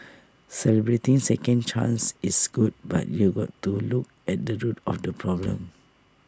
celebrating second chances is good but you've to look at the root of the problem